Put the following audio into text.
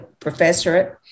professorate